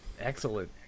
Excellent